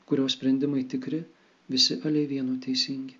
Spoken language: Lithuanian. kurio sprendimai tikri visi aliai vieno teisingi